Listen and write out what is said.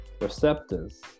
receptors